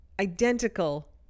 identical